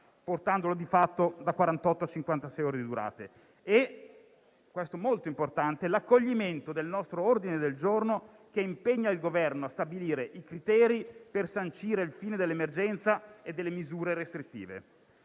portandolo di fatto da quarantotto a cinquantasei ore di durata, nonché l'accoglimento del nostro ordine del giorno che impegna il Governo a stabilire i criteri per sancire la fine dell'emergenza e delle misure restrittive.